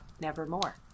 nevermore